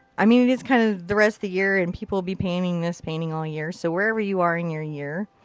i mean it is kind of the rest of the year, and people will be painting this painting all year so wherever you are in your year,